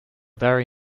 very